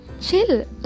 chill